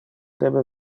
debe